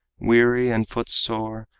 weary and foot-sore,